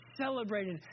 celebrated